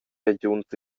regiuns